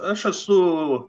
aš esu